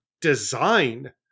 design